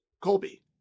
Colby